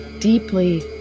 deeply